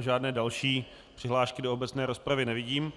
Žádné další přihlášky do obecné rozpravy nevidím,